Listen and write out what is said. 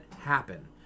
happen